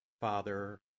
Father